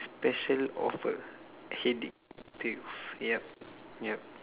special offer headache pills yup yup